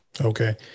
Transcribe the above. Okay